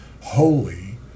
holy